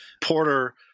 Porter